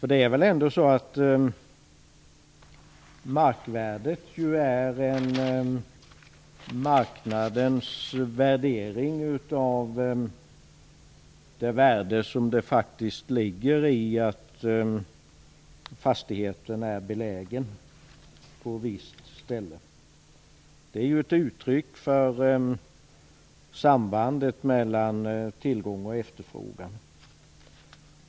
Det är väl ändå så att markvärdet är en marknadens värdering av det värde som faktiskt ligger i att fastigheten är belägen på ett visst ställe? Det är ju ett uttryck för sambandet mellan tillgång och efterfrågan.